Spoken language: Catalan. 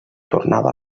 tornava